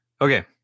Okay